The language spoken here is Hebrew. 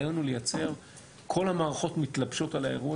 כל המערכות מתלבשות על האירוע,